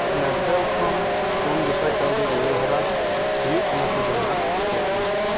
ᱥᱱᱮᱯᱰᱮᱞ ᱠᱷᱚᱱ ᱯᱩᱱ ᱜᱮᱥᱟᱭ ᱠᱟᱹᱣᱰᱤ ᱨᱩᱣᱟᱹᱲ ᱦᱚᱨᱟ ᱦᱩᱭᱩᱜ ᱠᱟᱱᱟ ᱥᱮ ᱵᱟᱝ ᱪᱮᱠ ᱢᱮ